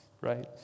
Right